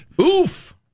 Oof